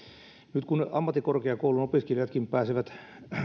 nyt kun ammattikorkeakouluopiskelijatkin pääsevät